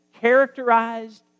characterized